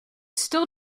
still